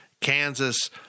Kansas